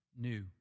new